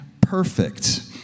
perfect